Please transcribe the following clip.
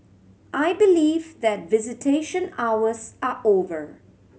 I believe that visitation hours are over